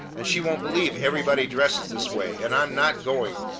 and she won't believe everybody dresses this way and i'm not going!